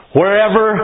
Wherever